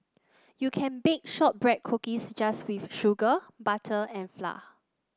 you can bake shortbread cookies just with sugar butter and flour